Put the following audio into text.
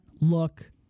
look